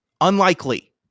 unlikely